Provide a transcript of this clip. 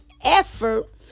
effort